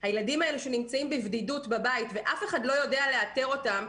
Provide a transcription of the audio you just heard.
בתקופת הקורונה שנמצאים בבדידות ואף אחד לא יודע לאתר אותם.